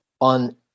on